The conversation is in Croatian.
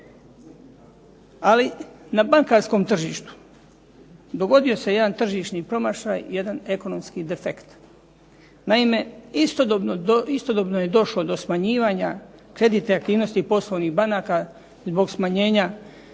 Ali na bankarskom tržištu dogodio se jedan tržišni promašaj, jedan ekonomski defekt. Naime, istodobno je došlo do smanjivanja kreditne aktivnosti poslovnih banaka zbog smanjivanja